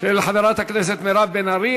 של חברת הכנסת מירב בן ארי,